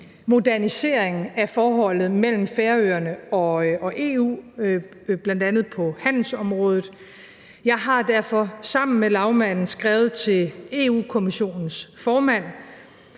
modernisering af forholdet mellem Færøerne og EU, bl.a. på handelsområdet. Jeg har derfor sammen med lagmanden skrevet til Europa-Kommissionens formand,